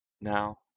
now